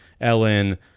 Ellen